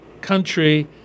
country